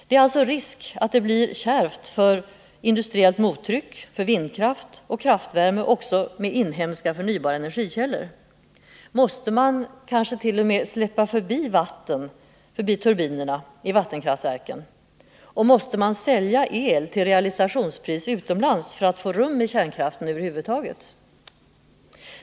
Det är alltså risk för att det blir kärvt för industriellt mottryck, för vindkraft och för kraftvärme också med inhemska förnybara energikällor. Måste man kanske t.o.m. släppa vatten förbi turbinerna i vattenkraftverken och sälja el till realisationspris utomlands för att få rum med kärnkraften över huvud taget?